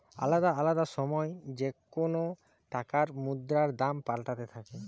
আলদা আলদা সময় যেকোন টাকার মুদ্রার দাম পাল্টাতে থাকে